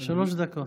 רוטמן, שלוש דקות.